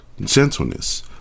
gentleness